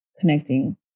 connecting